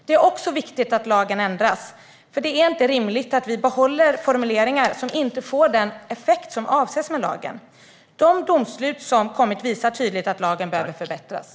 Det är viktigt att lagen ändras, för det är inte rimligt att vi behåller formuleringar som inte får den effekt som avses med lagen. De domslut som har kommit visar tydligt att lagen behöver förbättras.